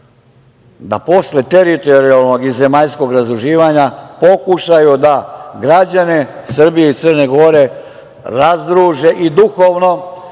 da posle teritorijalnog i zemaljskog razdruživanja pokušaju da građane Srbije i Crne Gore razdruže i duhovno